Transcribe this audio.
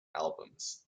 albums